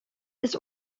this